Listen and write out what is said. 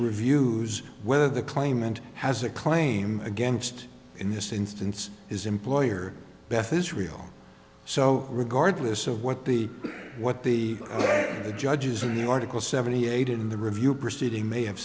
reviews whether the claimant has a claim against in this instance his employer beth israel so regardless of what the what the where the judges in the article seventy eight in the review proceeding may have